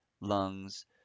lungs